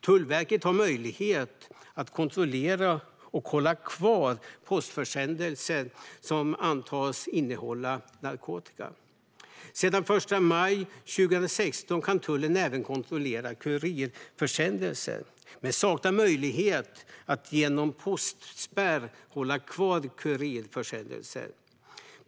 Tullverket har möjlighet att kontrollera och hålla kvar postförsändelser som antas innehålla narkotika. Sedan den 1 maj 2016 kan tullen även kontrollera kurirförsändelser men saknar möjlighet att genom postspärr hålla kvar kurirförsändelser.